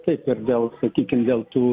kaip ir dėl sakykim dėl tų